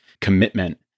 commitment